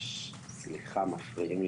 בעניין מענקי השקעות,